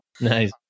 Nice